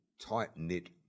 tight-knit